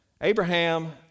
Abraham